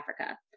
Africa